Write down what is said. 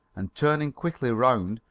and turning quickly round,